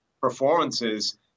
performances